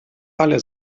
alle